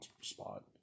spot